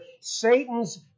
Satan's